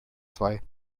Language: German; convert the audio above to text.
zwei